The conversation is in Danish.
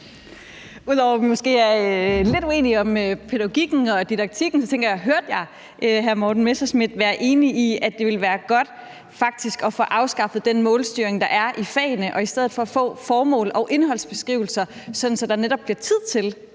Ud over at jeg måske er lidt uenig med hensyn til pædagogikken og didaktikken, tænker jeg på, om jeg hørte hr. Morten Messerschmidt være enig i, at det vil være godt faktisk at få afskaffet den målstyring, der er i fagene, og i stedet for få formåls- og indholdsbeskrivelser, sådan at der netop bliver tid til,